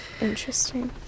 Interesting